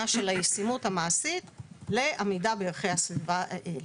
של הישימות המעשית לעמידה בערכי הסביבה האלה.